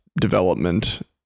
development